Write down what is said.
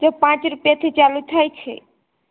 તો પાંચ રૂપિયાથી ચાલુ થાય છે